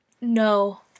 no